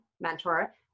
mentor